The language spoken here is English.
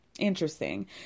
interesting